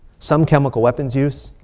some chemical weapons use.